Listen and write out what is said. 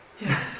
Yes